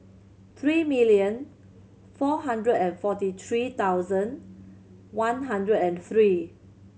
three million four hundred and forty three thousand one hundred and three